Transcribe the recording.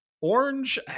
orange